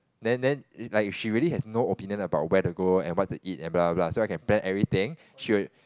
then then like she really has no opinion about where to go and where to eat blah blah blah so I can plan everything she will